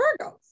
Virgos